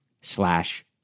slash